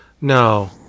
No